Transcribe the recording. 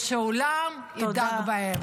ושהעולם ידאג להם.